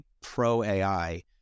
pro-AI